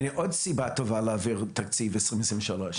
הנה עוד סיבה טובה להעביר תקציב ל-2023.